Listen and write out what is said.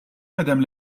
madame